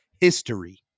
history